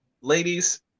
ladies